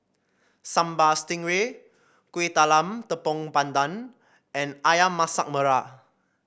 Sambal Stingray Kuih Talam Tepong Pandan and ayam Masak Merah